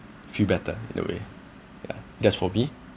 feel better in a way ya that's for me